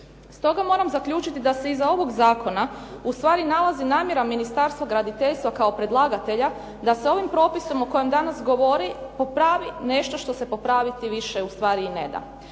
Stoga moram zaključiti da se iza ovog zakona ustvari nalazi namjera Ministarstva graditeljstva kao predlagatelja da se ovim propisom o kojem danas govori popravi nešto što se popraviti više ustvari i ne da.